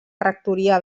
rectoria